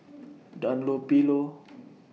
Dunlopillo